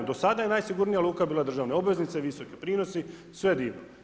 Do sada je najsigurnija luka bila državne obveznice, visoki prinosi, sve divno.